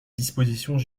dispositions